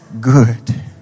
good